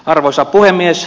arvoisa puhemies